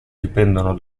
dipendono